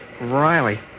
Riley